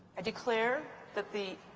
i declare that the